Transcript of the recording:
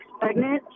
pregnant